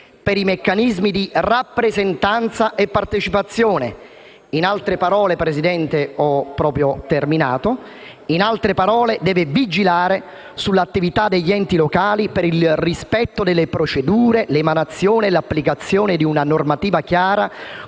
per i meccanismi di rappresentanza e partecipazione. Avviandomi alla conclusione, signor Presidente, in altre parole deve vigilare sull'attività degli enti locali per il rispetto delle procedure, per l'emanazione e l'applicazione di una normativa chiara